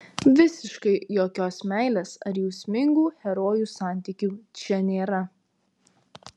visiškai jokios meilės ar jausmingų herojų santykių čia nėra